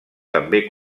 també